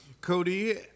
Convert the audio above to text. Cody